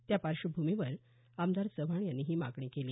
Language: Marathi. त्या पार्श्वभूमीवर आमदार चव्हाण यांनी ही मागणी केली